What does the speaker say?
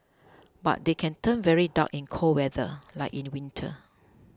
but they can turn very dark in cold weather like in winter